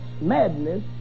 madness